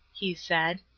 he said.